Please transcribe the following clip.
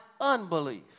unbelief